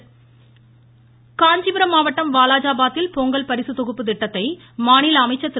ரூரூரு Benjamin Kanchipuram மாவட்டம் வாலாஜாபாத்தில் பொங்கல் பரிசு தொகுப்பு திட்டத்தை மாநில அமைச்சர் திரு